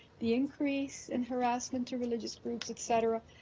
the increase in harassment to religious groups, et cetera,